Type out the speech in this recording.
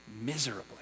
miserably